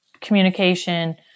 communication